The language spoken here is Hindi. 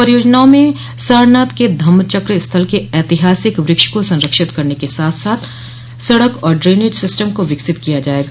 परियोजनाओं में सारनाथ के धम्मचक्र स्थल के एतिहासिक वृक्ष को संरक्षित करने के साथ साथ सड़क और ड्रेनेज सिस्टम को विकसित किया जायेगा